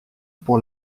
pour